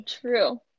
true